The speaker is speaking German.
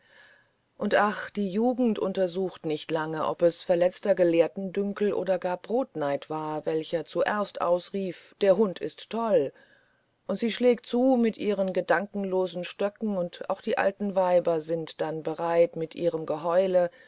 und ach die jugend untersucht nicht lange ob es verletzter gelehrtendünkel oder gar brotneid war welcher zuerst ausrief der hund ist toll und sie schlägt zu mit ihren gedankenlosen stöcken und auch die alten weiber sind dann bereit mit ihrem geheule